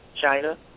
China